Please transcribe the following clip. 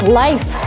life